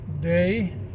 day